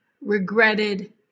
regretted